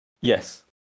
yes